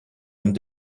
and